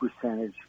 percentage